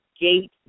gate